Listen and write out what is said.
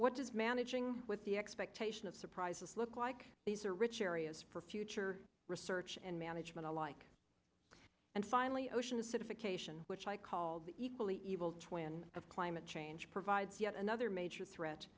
what does managing with the expectation of surprises look like these are rich areas for future research and management alike and finally ocean acidification which i call the equally evil twin of climate change provides yet another major threat